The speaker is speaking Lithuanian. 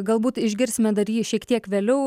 galbūt išgirsime dar jį šiek tiek vėliau